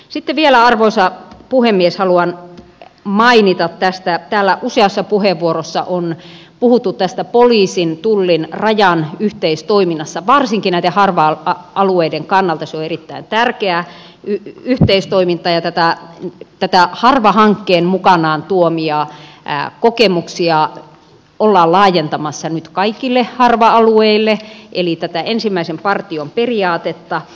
sitten vielä arvoisa puhemies haluan mainita kun täällä useassa puheenvuorossa on puhuttu tästä poliisin tullin ja rajan yhteistoiminnasta että varsinkin näiden harva alueiden kannalta yhteistoiminta on erittäin tärkeää ja näitä harva hankkeen mukanaan tuomia kokemuksia ollaan laajentamassa nyt kaikille harva alueille eli tätä ensimmäisen partion periaatetta